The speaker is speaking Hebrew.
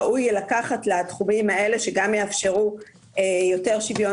ראוי לקחת לתחומים האלה שגם יאפשרו יותר שוויון